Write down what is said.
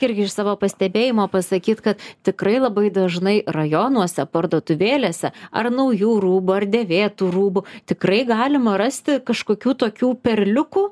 irgi iš savo pastebėjimo pasakyt kad tikrai labai dažnai rajonuose parduotuvėlėse ar naujų rūbų ar dėvėtų rūbų tikrai galima rasti kažkokių tokių perliukų